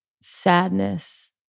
sadness